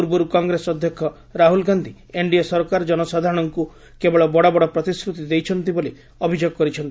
ପୂର୍ବର୍ କଂଗ୍ରେସ ଅଧ୍ୟକ୍ଷ ରାହ୍ରଲ ଗାନ୍ଧି ଏନ୍ଡିଏ ସରକାର ଜନସାଧାରଣଙ୍କୁ କେବଳ ବଡ଼ ବଡ଼ ପ୍ରତିଶ୍ରତି ଦେଇଛନ୍ତି ବୋଲି ଅଭିଯୋଗ କରିଛନ୍ତି